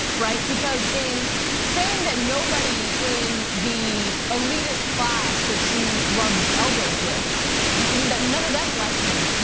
right? because in saying that nobody in the elitest class that she rubs elbows with, that none of them like him.